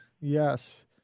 yes